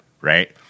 right